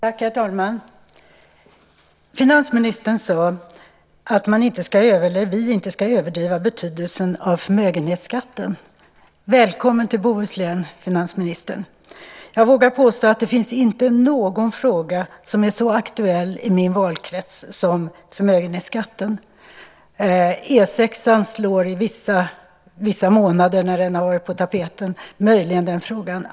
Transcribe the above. Herr talman! Finansministern sade att vi inte ska överdriva betydelsen av förmögenhetsskatten. Välkommen till Bohuslän, finansministern! Jag vågar påstå att det inte finns någon fråga som är så aktuell i min valkrets som förmögenhetsskatten. E 6:an slår under vissa månader, när den är på tapeten, möjligen den frågan.